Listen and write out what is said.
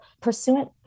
pursuant